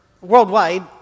worldwide